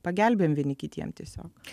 pagelbėjom vieni kitiem tiesiog